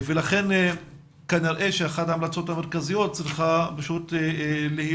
לכן כנראה שאחת ההמלצות המרכזיות צריכה פשוט להיות